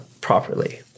properly